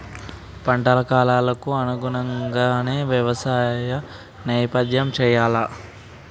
పంటల కాలాలకు అనుగుణంగానే వ్యవసాయ సేద్యం చెయ్యాలా?